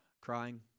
crying